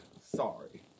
sorry